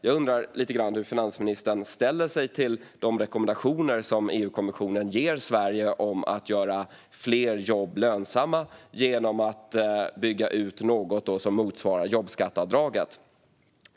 Jag undrar lite grann hur finansministern ställer sig till EU-kommissionens rekommendationer till Sverige om att göra fler jobb lönsamma genom att bygga ut något som motsvarar jobbskatteavdraget.